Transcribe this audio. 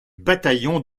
bataillon